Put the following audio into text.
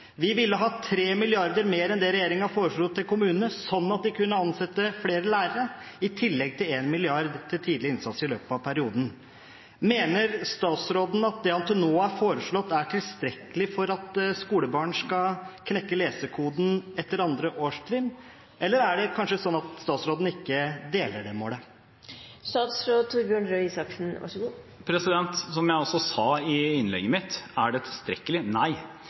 Vi ville hatt 3 mrd. kr mer til kommunene enn det regjeringen foreslo, slik at de kunne ansette flere lærere, i tillegg til 1 mrd. kr til tidlig innsats i løpet av perioden. Mener statsråden at det han til nå har foreslått, er tilstrekkelig for at skolebarn skal knekke lesekoden etter 2. årstrinn, eller er det kanskje slik at statsråden ikke deler det målet? Som jeg også sa i innlegget mitt: Er dette tilstrekkelig? Nei.